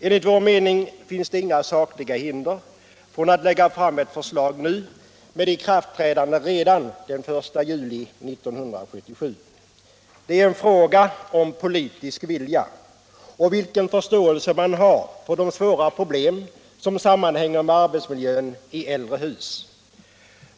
Enligt vår mening finns det inga sakliga hinder för att lägga fram ett förslag nu med ikraft trädande redan den 1 juli 1977. Det är fråga om politisk vilja — och om vilken förståelse man har för de svåra problem som sammanhänger med arbetsmiljön i äldre hus.